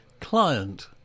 Client